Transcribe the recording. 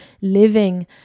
living